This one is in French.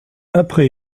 après